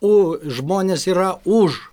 u žmonės yra už